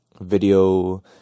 video